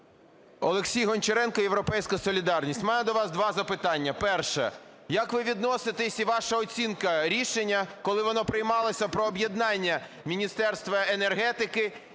Олексій Гончаренко, "Європейська солідарність". Маю до вас два запитання. Перше. Як ви відноситесь і ваша оцінка рішення, коли воно приймалося про об'єднання Міністерства енергетики